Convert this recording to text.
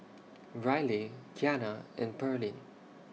Ryleigh Kiana and Pearline